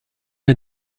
est